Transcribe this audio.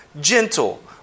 gentle